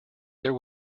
there